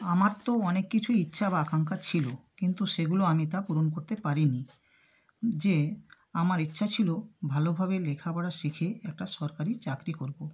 আমার তো অনেক কিছুই ইচ্ছা বা আকাঙ্ক্ষা ছিলো কিন্তু সেগুলো আমি তা পূরণ করতে পারি নি যে আমার ইচ্ছা ছিলো ভালোভাবে লেখাপড়া শিখে একটা সরকারি চাকরি করবো